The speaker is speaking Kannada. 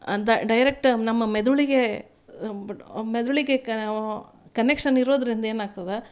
ಅಂತ ಡೈರೆಕ್ಟ್ ನಮ್ಮ ಮೆದುಳಿಗೆ ಮೆದುಳಿಗೆ ಕನೆಕ್ಷನ್ ಇರೋದರಿಂದ ಏನಾಗ್ತದೆ